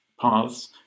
paths